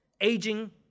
aging